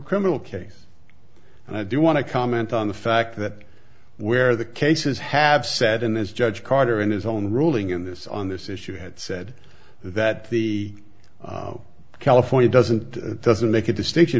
criminal case and i do want to comment on the fact that where the cases have sat in is judge carter and his own ruling in this on this issue it said that the california doesn't it doesn't make a distinction